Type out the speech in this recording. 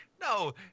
No